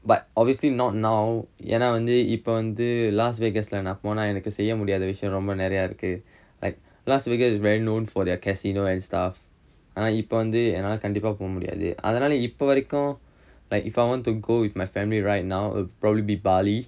but obviously not now ஏன்னா வந்து இப்ப வந்து:yaennaa vanthu ippa vanthu las vegas lah நா போனா எனக்கு செய்ய முடியாத விஷயம் ரொம்ப நிறையா இருக்கு:naa ponaa enakku seiya mudiyaatha vishayam romba niraiyaa irukku like las vegas is very known for their casino and stuff ஆனா இப்ப வந்து என்னால கண்டிப்பா போ முடியாது அதனால இப்ப வரைக்கும்:aanaa ippa vanthu ennaala kandippaa po mudiyaathu athanaala ippa varaikkum like if I want to go with my family right now uh probably be bali